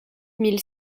mille